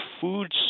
food